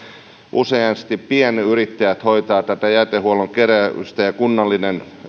useasti pienyrittäjät hoitavat tätä jätehuollon keräystä ja kunnallinen